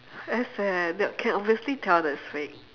that's bad eh they can obviously tell that it's fake